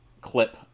clip